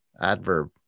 adverb